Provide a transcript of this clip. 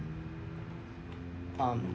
um